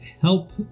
help